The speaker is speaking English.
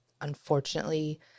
unfortunately